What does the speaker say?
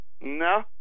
No